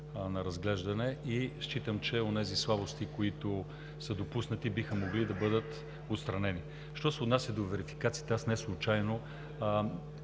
на разглеждане и считам, че онези слабости, които са допуснати, биха могли да бъдат отстранени. Що се отнася до верификацията, не обичам